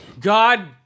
God